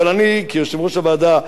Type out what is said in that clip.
אבל אני, כיושב-ראש הוועדה,